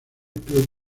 club